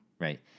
Right